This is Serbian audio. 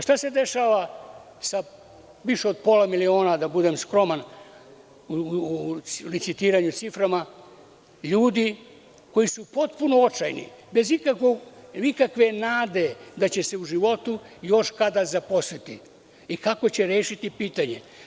Šta se dešava sa više od pola miliona, da budem skroman u licitiranju ciframa, ljudi koji su potpuno očajni, bez ikakve nade da će se u životu još kada zaposliti i kako će rešiti pitanje?